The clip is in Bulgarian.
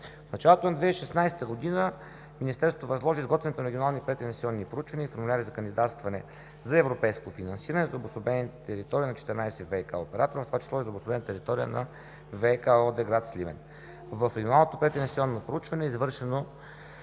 В началото на 2016 г. Министерството възложи изготвянето на регионални прединвестиционни проучвания и формуляри за кандидатстване за европейско финансиране за обособените територии на 14 ВиК оператора, в това число и за обособената територия на „ВиК“ ООД – град Сливен. В регионалното прединвестиционно проучване е извършено